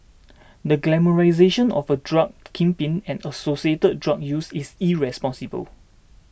the glamorisation of a drug kingpin and associated drug use is irresponsible